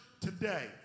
today